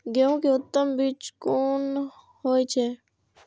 गेंहू के उत्तम बीज कोन होय छे?